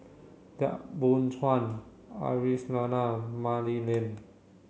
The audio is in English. Yap Boon Chuan Aisyah Lyana Mah Li Lian